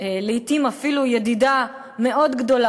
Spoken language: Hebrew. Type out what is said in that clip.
לעתים אפילו ידידה מאוד גדולה,